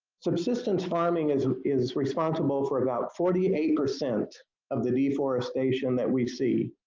subsistence farming is is responsible for about forty eight percent of the deforestation that we see.